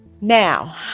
now